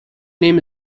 name